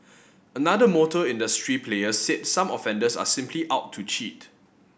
another motor industry player said some offenders are simply out to cheat